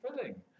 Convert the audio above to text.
filling